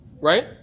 Right